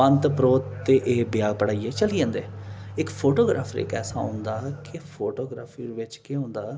पंत परोह्त ते एह् ब्याह् पढ़ाइयै चली जंदे इक फोटोग्राफर इक ऐसा होंदा कि फोटोग्राफी बिच्च केह् होंदा